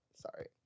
Sorry